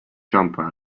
jumper